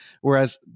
Whereas